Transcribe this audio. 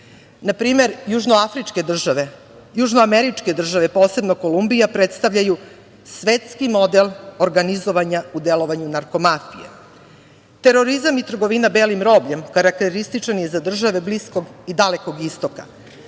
Na primer, južnoafričke države, južnoameričke države, posebno Kolumbija, predstavljaju svetski model organizovanja u delovanju narko-mafije. Terorizam i trgovina belim robljem karakterističan je za države Bliskog i Dalekog istoka.